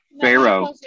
Pharaoh